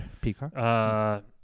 Peacock